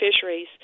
fisheries